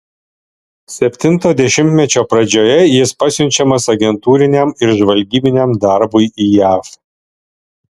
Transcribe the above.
septinto dešimtmečio pradžioje jis pasiunčiamas agentūriniam ir žvalgybiniam darbui į jav